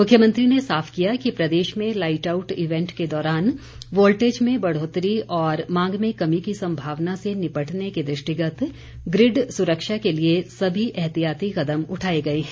मुख्यमंत्री ने साफ किया कि प्रदेश में लाइट आउट इवेंट के दौरान वोल्टेज में बढ़ोतरी और मांग में कमी की संभावना से निपटने के दृष्टिगत ग्रिड सुरक्षा के लिए सभी एहतियाती कदम उठाए गए हैं